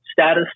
status